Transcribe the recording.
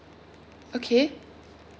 okay